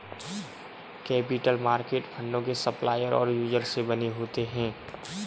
capital market फंडों के supplier और यूजर से बने होते हैं